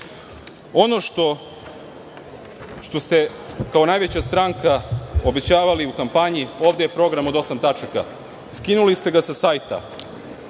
6%.Ono što ste kao najveća stranka obećavali u kampanji, ovde je program od osam tačaka, skinuli ste sa sajta.